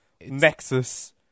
nexus